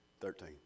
Thirteen